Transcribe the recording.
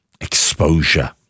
exposure